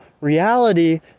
reality